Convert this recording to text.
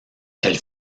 elle